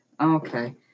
Okay